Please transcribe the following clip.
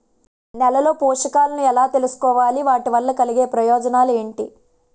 నేలలో పోషకాలను ఎలా తెలుసుకోవాలి? వాటి వల్ల కలిగే ప్రయోజనాలు ఏంటి?